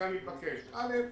לכן אני מבקש, ראשית,